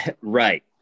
Right